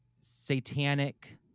satanic